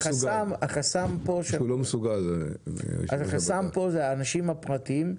החסם פה הם האנשים הפרטיים.